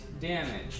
damage